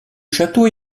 château